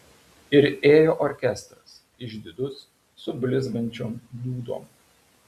ir ėjo orkestras išdidus su blizgančiom dūdom